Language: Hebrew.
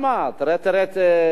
תראה את סיעת קדימה,